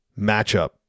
matchup